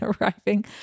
arriving